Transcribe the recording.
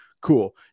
Cool